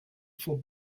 for